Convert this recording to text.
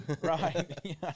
Right